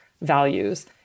values